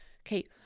Okay